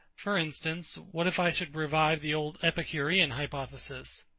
for instance, what if i should revive the old epicurean hypothesis?